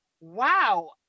wow